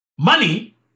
Money